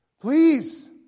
Please